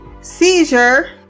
seizure